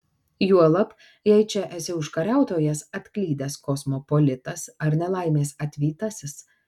juolab jei čia esi užkariautojas atklydęs kosmopolitas ar nelaimės atvytasis